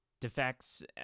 defects